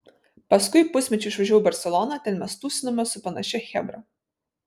paskui pusmečiui išvažiavau į barseloną ten mes tūsinomės su panašia chebra